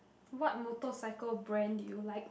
what motorcycle brand do you like